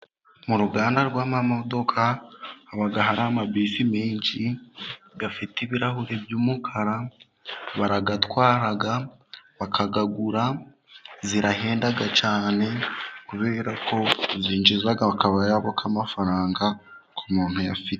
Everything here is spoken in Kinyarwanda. Mu ruganda rw'amamodoka haba hari ama bisi menshi afite ibirahuri by'umukara, barayatwara, bakayagura, zirahenda cyane, kubera ko zinjiza akabayabo k'amafaranga ku muntu uyafite.